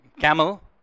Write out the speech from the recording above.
camel